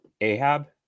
Ahab